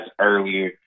earlier